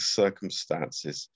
circumstances